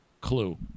clue